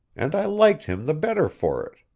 and i liked him the better for it.